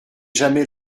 jamais